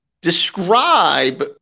describe